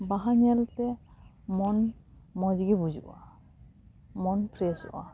ᱵᱟᱦᱟ ᱧᱮᱞᱛᱮ ᱢᱚᱱ ᱢᱚᱡᱽᱜᱮ ᱵᱩᱡᱷᱟᱹᱼᱟ ᱢᱚᱱ ᱯᱷᱨᱮᱥᱚᱜᱼᱟ